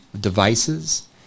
devices